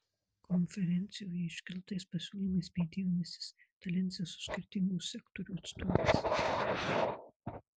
konferencijoje iškeltais pasiūlymais bei idėjomis jis dalinsis su skirtingų sektorių atstovais